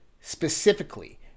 specifically